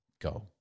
go